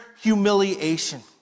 humiliation